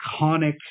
iconic